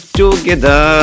together